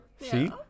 See